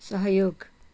सहयोग